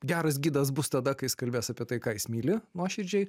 geras gidas bus tada kai jis kalbės apie tai ką jis myli nuoširdžiai